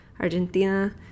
Argentina